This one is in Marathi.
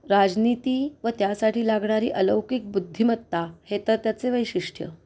राजनीती व त्यासाठी लागणारी अलौकिक बुद्धिमत्ता हे तर त्याचे वैशिष्ट्य